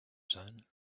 sun